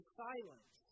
silence